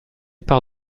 par